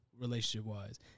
relationship-wise